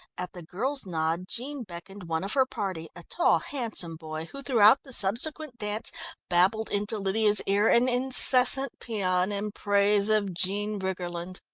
at the girl's nod jean beckoned one of her party, a tall, handsome boy who throughout the subsequent dance babbled into lydia's ear an incessant paean in praise of jean briggerland.